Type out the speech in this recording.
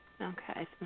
Okay